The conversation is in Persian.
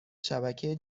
شبکه